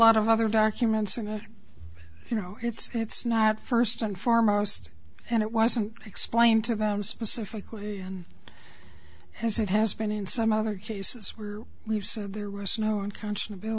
lot of other documents and you know it's it's not first and foremost and it wasn't explained to them specifically and has it has been in some other cases where we've said there was no unconscionable